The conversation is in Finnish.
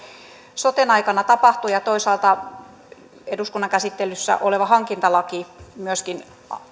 soten aikana tapahtuu ja toisaalta myöskin eduskunnan käsittelyssä oleva hankintalaki